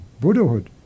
Buddhahood